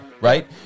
right